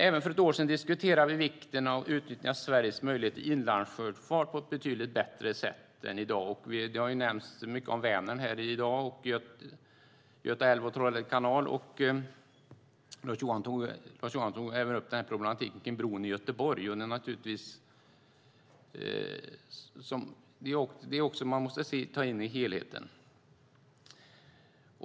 Även för ett år sedan diskuterade vi vikten av att utnyttja Sveriges möjlighet till inlandssjöfart på ett betydligt bättre sätt än i dag. Det har nämnts mycket om Vänern, Göta älv och Trollhätte kanal här i dag. Lars Johansson tog även upp problematiken kring bron i Göteborg, och det är också något man måste ta in i helheten.